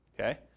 Okay